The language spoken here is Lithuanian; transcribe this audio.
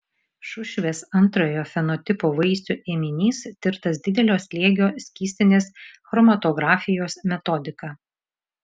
šušvės antrojo fenotipo vaisių ėminys tirtas didelio slėgio skystinės chromatografijos metodika